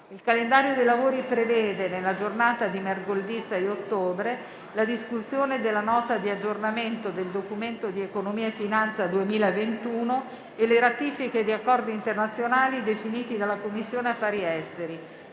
Il calendario dei lavori prevede, nella giornata di mercoledì 6 ottobre, la discussione della Nota di aggiornamento del Documento di economia e finanza 2021 e le ratifiche di accordi internazionali definite dalla Commissione affari esteri.